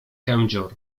kędzior